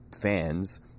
fans